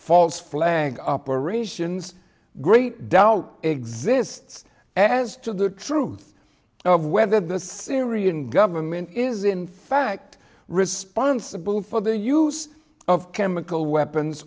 false flag operations great tao exists as to the truth of whether the syrian government is in fact responsible for the use of chemical weapons